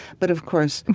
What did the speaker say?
but of course,